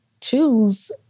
choose